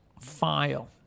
file